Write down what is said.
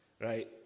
right